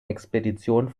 expeditionen